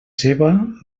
ceba